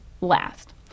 last